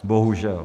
Bohužel.